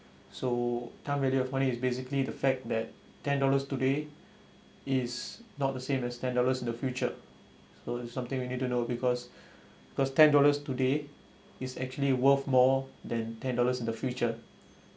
so time value of money is basically the fact that ten dollars today is not the same as ten dollars in the future so is something you need to know because cause ten dollars today is actually worth more than ten dollars in the future